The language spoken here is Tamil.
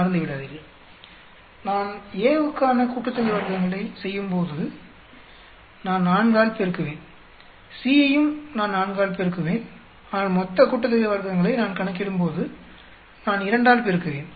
மறந்துவிடாதீர்கள் நான் A வுக்கான கூட்டுத்தொகை வர்க்கங்களை செய்யும்போது நான் 4 ஆல் பெருகுவேன் C ஐயும் நான் 4 ஆல் பெருக்குவேன் ஆனால் மொத்த கூட்டுத்தொகை வர்க்கங்களை நான் கணக்கிடும்போது நான் 2 ஆல் பெருக்குவேன்